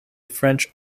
french